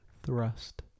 Thrust